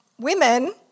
women